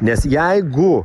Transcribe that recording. nes jeigu